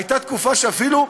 הייתה תקופה שאפילו,